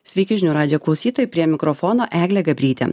sveiki žinių radijo klausytojai prie mikrofono eglė gabrytė